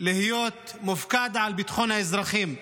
להיות מופקד על ביטחון האזרחים.